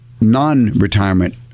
non-retirement